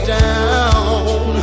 down